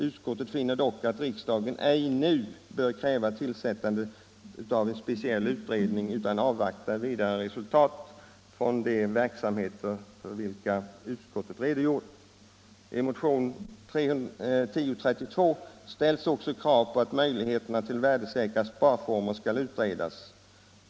Utskottet finner dock att riksdagen ej nu bör kräva tillsättande av en speciell utredning utan avvakta vidare resultat från de verksamheter för vilka utskottet redogjort. I motionen 1032 ställs också krav på att möjligheterna till värdesäkra sparformer skall utredas.